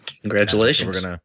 Congratulations